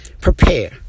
Prepare